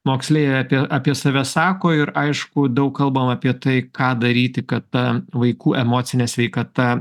moksleiviai apie apie save sako ir aišku daug kalbam apie tai ką daryti kad ta vaikų emocinė sveikata